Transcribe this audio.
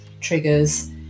triggers